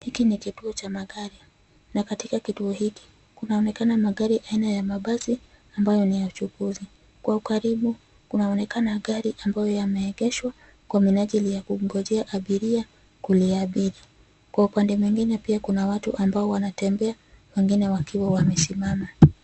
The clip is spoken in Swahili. Hiki ni kituo cha magari na katika kituo hiki kunaonekana magari aina ya mabasi ambayo ni ya uchukuzi kwa ukaribu kunaonekana gari ambayo yameegeshwa kwa menajili ya kumngojea abiria kuliabiri kwa upande mwingine pia kuna watu ambao wanatembea, wengine wakiwa wamesimama.